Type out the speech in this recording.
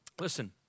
Listen